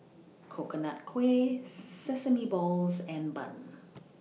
Coconut Kuih Sesame Balls and Bun